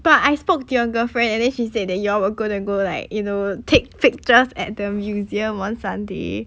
but I spoke to your girlfriend and then she said that you all were gonna go like you know take pictures at the museum one sunday